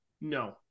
No